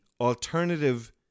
alternative